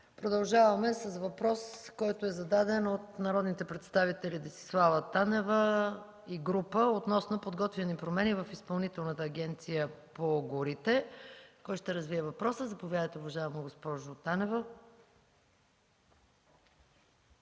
Продължаваме с въпрос, който е зададен от народния представител Десислава Танева и група народни представители относно подготвени промени в Изпълнителната агенция по горите. Кой ще развие въпроса? Заповядайте, уважаема госпожо Танева.